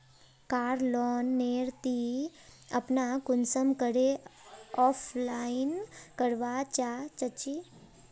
कार loan नेर ती अपना कुंसम करे अप्लाई करवा चाँ चची?